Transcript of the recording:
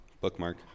bookmark